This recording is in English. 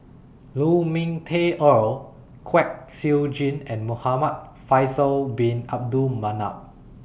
Lu Ming Teh Earl Kwek Siew Jin and Muhamad Faisal Bin Abdul Manap